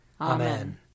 Amen